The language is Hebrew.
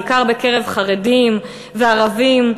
בעיקר בקרב חרדים וערבים,